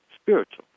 spiritual